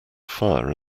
fire